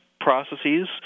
processes